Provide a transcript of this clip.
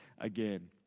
again